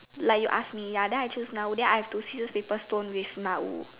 like you ask me ya then I choose now then I have to scissors paper stone with Na-Wu